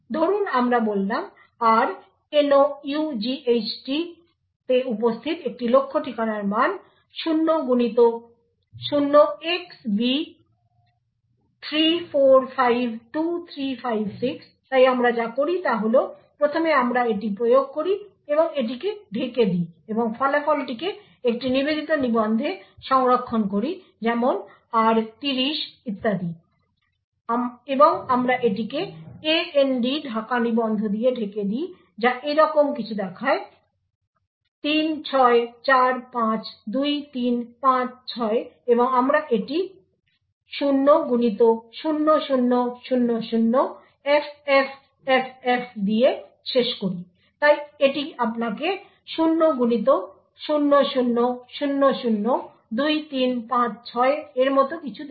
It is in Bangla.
ধরুন আমরা বললাম r nought এ উপস্থিত একটি লক্ষ্য ঠিকানার মান 0xb3452356 তাই আমরা যা করি তা হল প্রথমে আমরা এটি প্রয়োগ করি এবং এটিকে ঢেকে দিই এবং ফলাফলটিকে একটি নিবেদিত নিবন্ধে সংরক্ষণ করি যেমন r30 ইত্যাদি এবং আমরা এটিকে AND ঢাকা নিবন্ধ দিয়ে ঢেকে দিই যা এইরকম কিছু দেখায় 36452356 এবং আমরা এটি 0x0000FFFF দিয়ে শেষ করি তাই এটি আপনাকে 0x00002356 এর মতো কিছু দেবে